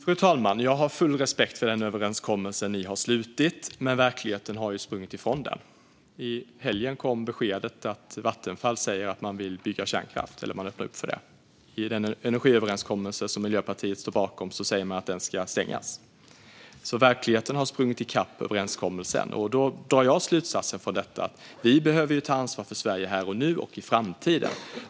Fru talman! Jag har full respekt för den överenskommelse ni har slutit, men verkligheten har ju sprungit ifrån den. I helgen kom beskedet att Vattenfall säger att man är öppen för att bygga kärnkraft. I den energiöverenskommelse som Miljöpartiet står bakom säger man att den ska stängas. Verkligheten har alltså sprungit i kapp överenskommelsen. Från detta drar jag slutsatsen att vi måste ta ansvar för Sverige här och nu och i framtiden.